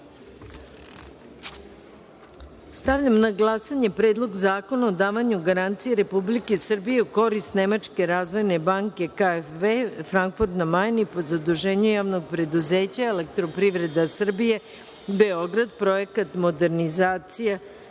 depozita. Stavljam na glasanje Predlog zakona o davanju garancije Republike Srbije u korist Nemačke razvojne banke KfW, Frankfurt na Majni, po zaduženju Javnog preduzeća „Elektroprivrede Srbije“, Beograd (Projekat “Modernizacija